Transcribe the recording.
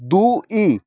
ଦୁଇ